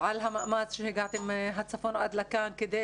על המאמץ שהגעתם מהצפון עד לכאן כדי